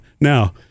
now